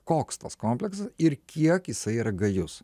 koks tas komplektas ir kiek jisai yra gajus